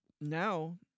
now